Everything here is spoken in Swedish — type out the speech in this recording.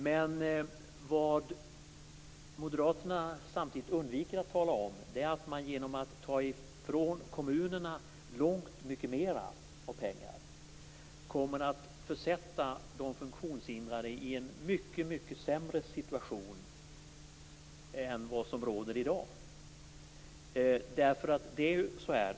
Men vad Moderaterna samtidigt undviker att tala om är att man genom att ta ifrån kommunerna långt mycket mer pengar kommer att försätta de funktionshindrade i en mycket sämre situation än vad som råder i dag.